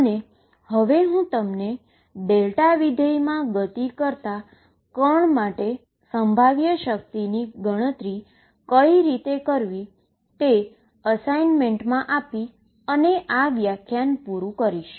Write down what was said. અને હવે હું તમને ફંકશનમાં ગતિ કરતા પાર્ટીકલ માટે પોટેંશિઅલની ગણતરી કઈ રીતે કરવી તે એસાઈનમેંટમા આપી અને વ્યાખ્યાન પુરુ કરીશ